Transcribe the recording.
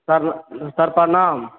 sir प्रणाम